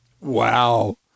Wow